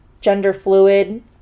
gender-fluid